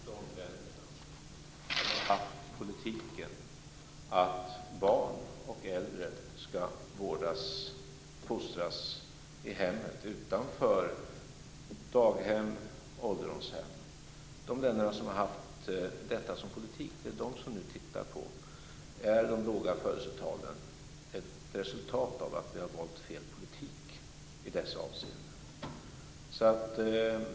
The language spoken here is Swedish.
Fru talman! Det är just de länder som har haft politiken att barn och äldre ska vårdas och fostras i hemmet, utanför daghem och ålderdomshem, som nu tittar på detta och frågar sig: Är de låga födelsetalen ett resultat av att vi har valt fel politik i dessa avseenden?